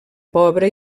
pobra